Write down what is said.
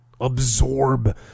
absorb